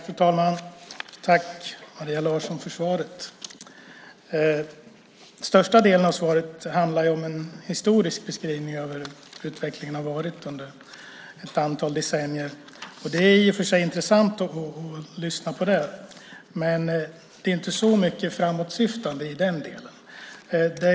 Fru talman! Tack, Maria Larsson, för svaret! Största delen av svaret är en historisk beskrivning av hur utvecklingen har varit under ett antal decennier. Det är i och för sig intressant att lyssna på, men det är inte så mycket framåtsyftande i den delen.